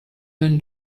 when